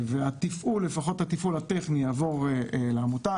ולפחות התפעול הטכני יעבור לעמותה.